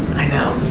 i know.